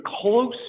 close